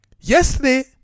Yesterday